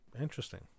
Interesting